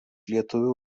lietuvių